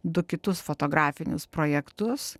du kitus fotografinius projektus